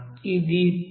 ఇది 3